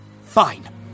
Fine